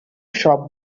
shop